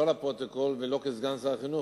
"לא לפרוטוקול" ולא כסגן סגן שר החינוך,